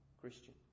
Christian